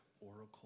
oracle